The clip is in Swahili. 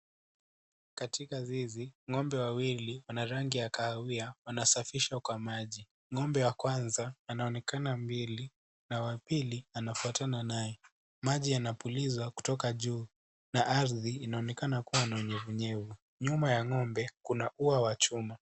Katika zizi ng'ombe wawili wana rangi ya kahawia wanasafishwa kwa maji . Ng'ombe wa kwanza anaonekana mbele na wa pili anafuatana naye . Maji yanapulizwa kutoka juu na ardhi inaonekana kuwa na unyevunyevu nyuma ya ng'ombe kuna ua wa chuma.